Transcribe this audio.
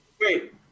Great